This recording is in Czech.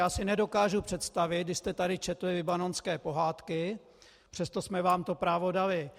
Já si nedokážu představit, když jste tady četli libanonské pohádky, přesto jsme vám to právo dali.